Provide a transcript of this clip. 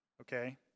okay